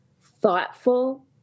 thoughtful